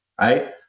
right